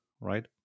right